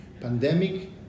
Pandemic